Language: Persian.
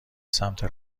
سمت